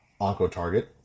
OncoTarget